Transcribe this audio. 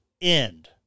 end